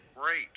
great